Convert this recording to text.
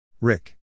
Rick